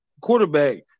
quarterback